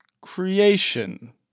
creation